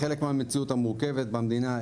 כחלק מהמציאות המורכבת במדינה,